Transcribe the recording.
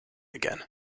again